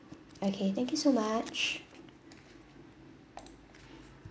okay thank you so much